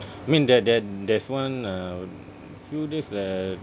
I mean there there there's one uh few days where